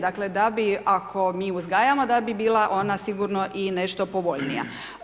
Dakle da bi ako mi uzgajamo da bi bila ona sigurno i nešto povoljnija.